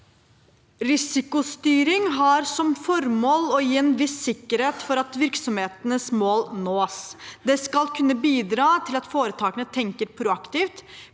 Risikostyring har som formål å gi en viss sikkerhet for at virksomhetenes mål nås. Det skal kunne bidra til at foretakene tenker proaktivt,